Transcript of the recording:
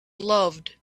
loved